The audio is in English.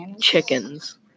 chickens